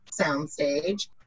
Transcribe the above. soundstage